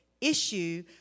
issue